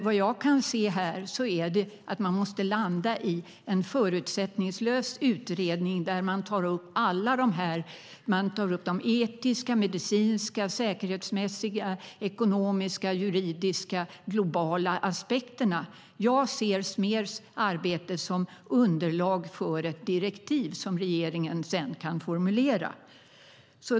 Vad jag kan se är att man måste göra en förutsättningslös utredning där man tar upp alla dessa aspekter - etiska, medicinska, säkerhetsmässiga, ekonomiska, juridiska och globala aspekter. Jag ser SMER:s arbete som underlag för ett direktiv som regeringen sedan kan formulera.